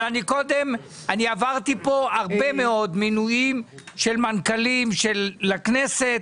אני עברתי פה הרבה מאוד מינויים של מנכ"לים לכנסת.